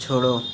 छोड़ो